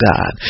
God